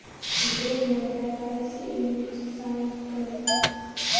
ढेर मैदा खाए से इ नुकसानो करेला